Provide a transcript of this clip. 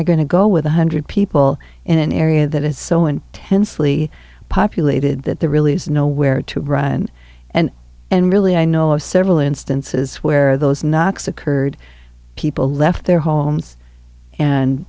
i going to go with one hundred people in an area that is so intensely populated that there really is nowhere to run and and really i know of several instances where those knocks occurred people left their homes and